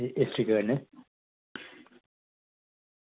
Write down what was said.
ते इस तरीके कन्नै